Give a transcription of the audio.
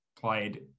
played